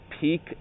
peak